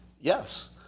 Yes